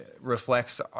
reflects